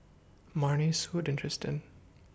Marnie Sudie and Tristan